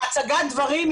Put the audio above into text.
הצגת הדברים,